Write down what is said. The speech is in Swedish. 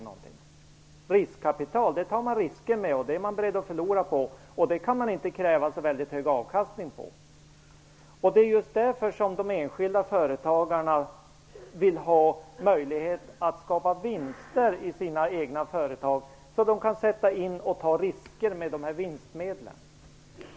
Med riskkapital tar man risker, och man kan inte kräva så hög avkastning av det. Det är just därför som de enskilda företagarna vill ha möjlighet att skapa vinster i sina egna företag, så att de kan ta risker med dessa vinstmedel.